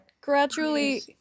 gradually